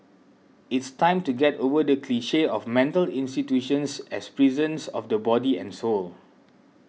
it's time to get over the cliche of mental institutions as prisons of the body and soul